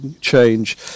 change